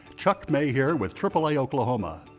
chuck mai here with triple a oklahoma.